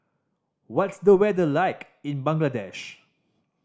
what's the weather like in Bangladesh